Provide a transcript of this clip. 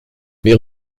mais